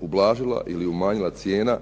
ublažila ili umanjila cijena